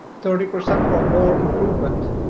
thirty percent or more improvement